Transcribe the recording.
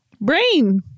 brain